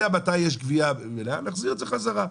יודע מתי יש גבייה מלאה, להחזיר את זה חזרה.